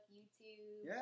YouTube